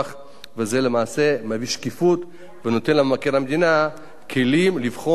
זה למעשה מביא שקיפות ונותן למבקר המדינה כלים לבחון ולבדוק,